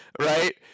right